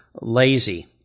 lazy